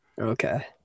Okay